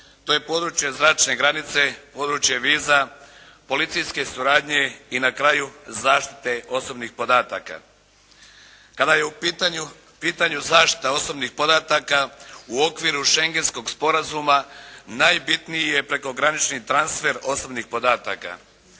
To je područje zračne granice, područje viza, policijske suradnje i na kraju zaštite osobnih podataka. Kad je u pitanju zaštita osobnih podataka u okviru Šengejskog sporazuma najbitniji je prekogranični transfer osobnih podataka.